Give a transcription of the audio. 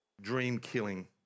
dream-killing